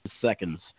seconds